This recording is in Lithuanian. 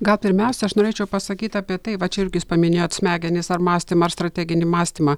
gal pirmiausia aš norėčiau pasakyt apie tai va čia irgi paminėjot smegenis ar mąstymą ar strateginį mąstymą